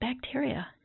bacteria